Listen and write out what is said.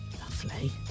Lovely